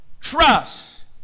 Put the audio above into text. trust